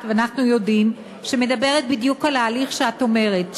ואנחנו יודעים שמדברת בדיוק על ההליך שאת אומרת,